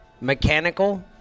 mechanical